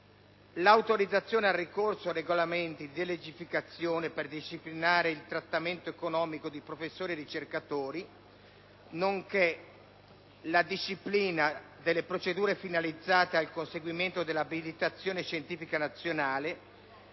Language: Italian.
L'autorizzazione al ricorso a regolamenti di delegificazione per disciplinare il trattamento economico di professori e ricercatori, nonché la disciplina delle procedure finalizzate al conseguimento dell'abilitazione scientifica nazionale